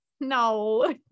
No